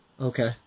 Okay